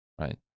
right